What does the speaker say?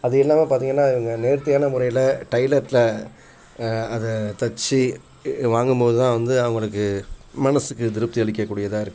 அது இல்லாமல் பார்த்திங்கனா இவங்க நேர்த்தியான முறையில் டெய்லர்கிட்ட அதை தச்சு வாங்கும் போது தான் அவங்களுக்கு மனசுக்கு திருப்தி அளிக்கக்கூடியதாக இருக்குது